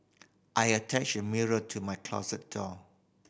I attached mirror to my closet door